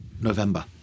November